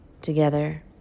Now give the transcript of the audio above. together